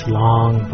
long